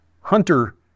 Hunter